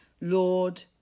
Lord